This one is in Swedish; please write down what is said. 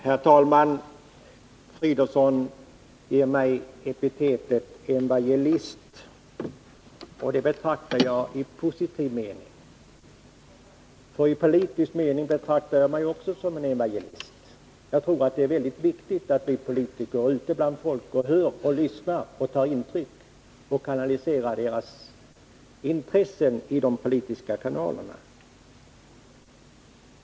Herr talman! Filip Fridolfsson ger mig epitetet evangelist. Jag ser det i positiv mening. I politisk mening betraktar jag mig också som en evangelist. Jag tror att det är väldigt viktigt att vi politiker är ute bland folk och lyssnar och tar intryck för att sedan kanalisera människors intressen i de politiska frågorna.